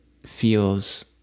feels